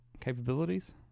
Capabilities